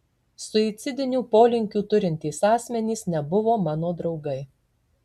suicidinių polinkių turintys asmenys nebuvo mano draugai